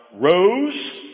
rose